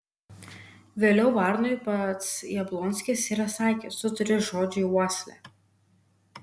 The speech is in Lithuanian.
vėliau varnui pats jablonskis yra sakęs tu turi žodžiui uoslę